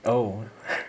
oh